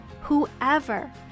Whoever